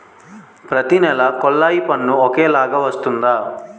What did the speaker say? ప్రతి నెల కొల్లాయి పన్ను ఒకలాగే వస్తుందా?